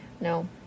no